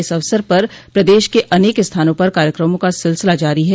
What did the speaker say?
इस अवसर पर प्रदेश के अनेक स्थानों पर कार्यक्रमों का सिलसिला जारी है